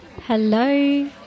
Hello